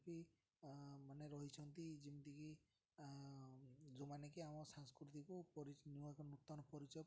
କି ମାନେ ରହିଛନ୍ତି ଯେମିତିକି ଯେଉଁମାନେ କି ଆମ ସଂସ୍କୃତିକୁ ପରି ନୂତନ ପରିଚୟ